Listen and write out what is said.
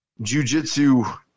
jujitsu